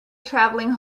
travelling